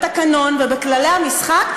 בתקנון ובכללי המשחק,